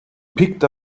picked